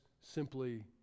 simply